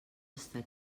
està